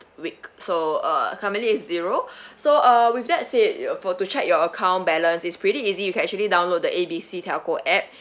week so uh currently it's zero so uh with that said for to check your account balance you can actually download the A B C telco app